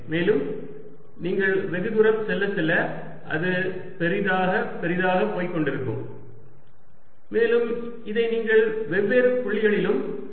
மேலும் நீங்கள் வெகுதூரம் செல்ல செல்ல அது பெரியதாக பெரியதாக போய்க்கொண்டிருக்கும் மேலும் இதை நீங்கள் வெவ்வேறு புள்ளிகளிலும் செய்யலாம்